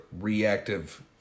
reactive